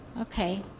Okay